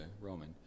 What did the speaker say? roman